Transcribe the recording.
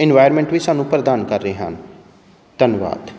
environment ਵੀ ਸਾਨੂੰ ਪ੍ਰਦਾਨ ਕਰ ਰਹੇ ਹਨ ਧੰਨਵਾਦ